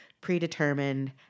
predetermined